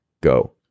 Go